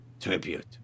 tribute